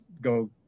go